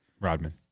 Rodman